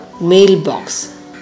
mailbox